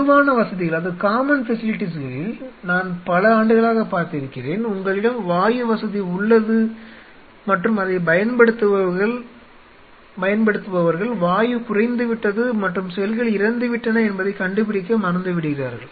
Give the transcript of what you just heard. பொதுவான வசதிகளில் நான் பல ஆண்டுகளாகப் பார்த்திருக்கிறேன் உங்களிடம் வாயு வசதி உள்ளது மற்றும் அதைப் பயன்படுத்துபவர்கள் வாயு குறைந்துவிட்டது மற்றும் செல்கள் இறந்துவிட்டன என்பதைக் கண்டுபிடிக்க மறந்துவிடுகிறார்கள்